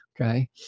okay